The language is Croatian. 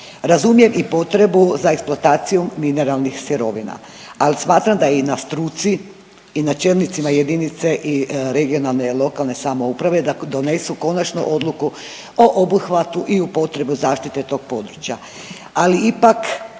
Razumijem i potrebu za eksploatacijom mineralnih sirovina, ali smatram da je i na struci i na čelnicima jedinice i regionalne i lokalne samouprave da donesu konačno odluku o obuhvatu i u potrebu zaštite tog područja.